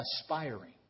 aspiring